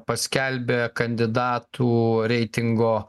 paskelbė kandidatų reitingo